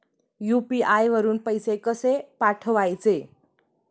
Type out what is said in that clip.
UPI वरून पैसे कसे पाठवायचे?